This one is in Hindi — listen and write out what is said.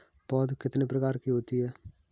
पौध कितने प्रकार की होती हैं?